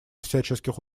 всяческих